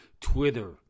Twitter